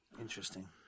Interesting